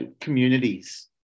communities